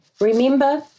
Remember